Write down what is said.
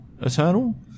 Eternal